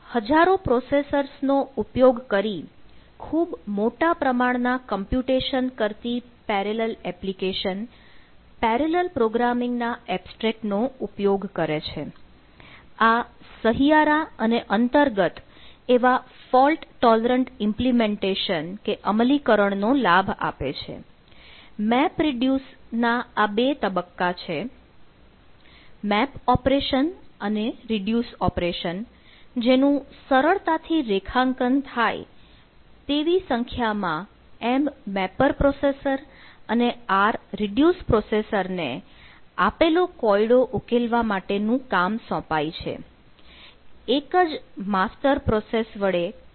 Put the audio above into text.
હજારો પ્રોસેસર્સ નો ઉપયોગ કરી ખૂબ મોટા પ્રમાણ ના કમ્પ્યુટેશન્સ નું સંકલન કરાય છે